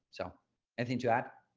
so i think to add,